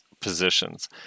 positions